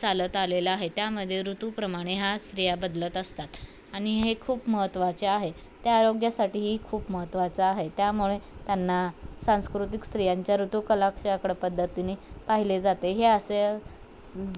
चालत आलेलं आहे त्यामध्ये ऋतूप्रमाणे हा स्त्रिया बदलत असतात आणि हे खूप महत्त्वाचे आहे त्या आरोग्यासाठीही खूप महत्त्वाचं आहे त्यामुळे त्यांना सांस्कृतिक स्त्रियांच्या ऋतू काळाकडे पद्धतीनी पाहिले जाते हे असे